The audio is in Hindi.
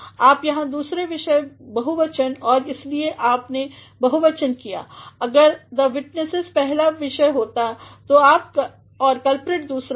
तो आप यहाँ दूसरा विषय बहुवचन है और इसलिए आपने बहुवचन किया अगर द विटनेसेस पहला विषय होता और कल्प्रिट दूसरा तब फिर वर्क होता वर्ककल्प्रिट से सहमत होसकता था